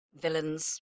villains